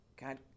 God